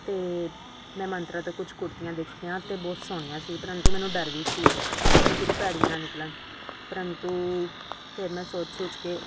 ਅਤੇ ਮੈਂ ਮੰਤਰਾ ਤੋਂ ਕੁਝ ਕੁੜਤੀਆਂ ਦੇਖੀਆਂ ਅਤੇ ਬਹੁਤ ਸੋਹਣੀਆਂ ਸੀ ਪਰੰਤੂ ਮੈਨੂੰ ਡਰ ਵੀ ਸੀ ਕਿ ਕੁਝ ਭੈੜੀਆਂ ਨਾ ਨਿਕਲਣ ਪਰੰਤੂ ਫਿਰ ਮੈਂ ਸੋਚ ਸੋਚ ਕੇ